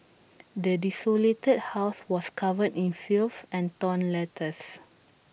the desolated house was covered in filth and torn letters